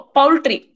Poultry